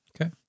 okay